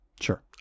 Sure